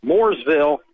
Mooresville